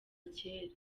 kera